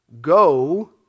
Go